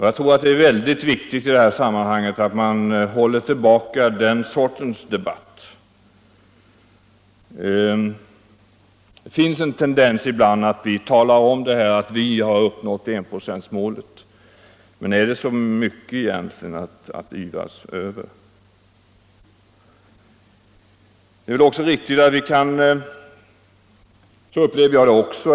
Jag tror att det är väldigt viktigt i detta sammanhang att hålla tillbaka den sortens debatt. Det finns en tendens till en sådan inställning ibland, när vi talar om att vi har uppnått enprocentsmålet. Men är det egentligen så mycket att yvas över?